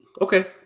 Okay